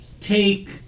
take